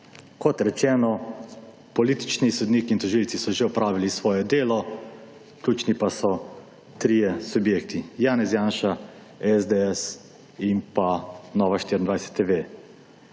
Kot rečeno, politični sodniki in tožilci so že opravili svoje delo, ključni pa so trije subjekti, Janez Janša, SDS in pa Nova 24TV.